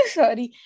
sorry